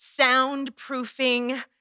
soundproofing